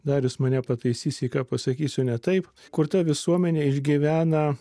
darius mane pataisys jei ką pasakysiu ne taip kur ta visuomenė išgyvena